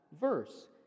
verse